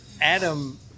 Adam